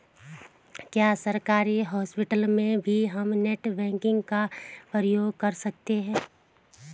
क्या सरकारी हॉस्पिटल में भी हम नेट बैंकिंग का प्रयोग कर सकते हैं?